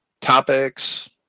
Topics